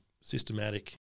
systematic